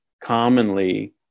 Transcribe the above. Commonly